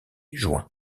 juin